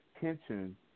tension